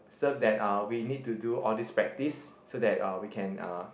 serve that are we need to do all these practice so that uh we can uh